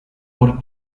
por